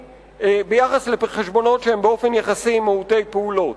ביחס לחשבונות שהם באופן יחסי מעוטי פעולות.